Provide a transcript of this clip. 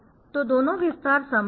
तो दोनों विस्तार संभव है